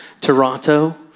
Toronto